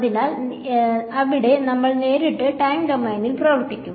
അതിനാൽ അവിടെ നമ്മൾ നേരിട്ട് ടൈം ഡൊമെയ്നിൽ പ്രവർത്തിക്കും